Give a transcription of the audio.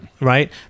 right